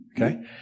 Okay